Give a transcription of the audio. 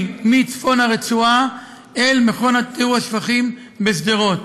מצפון הרצועה אל מכון טיהור השפכים בשדרות,